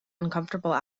uncomfortable